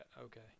okay